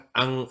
ang